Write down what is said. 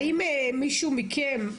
האם מישהו מכם,